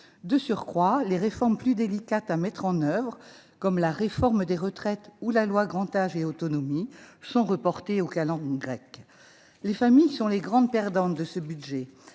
De surcroît, les réformes plus délicates à mettre en oeuvre comme la réforme des retraites ou la loi Grand Âge et autonomie sont reportées aux calendes grecques. Les familles sont les grandes perdantes de ce budget.